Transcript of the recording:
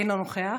אינו נוכח.